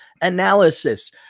analysis